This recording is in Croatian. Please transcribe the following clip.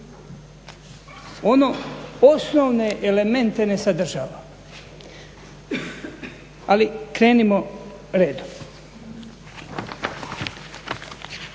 Ono osnovne elemente ne sadržava, ali krenimo redom.